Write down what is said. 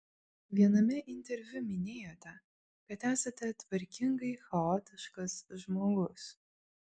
viename interviu minėjote kad esate tvarkingai chaotiškas žmogus